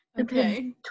Okay